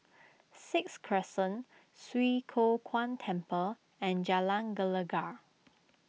Sixth Crescent Swee Kow Kuan Temple and Jalan Gelegar